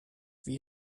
wie